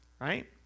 Right